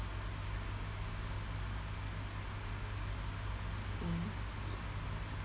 mm